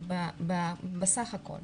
בסך הכול.